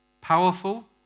Powerful